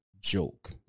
joke